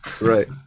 right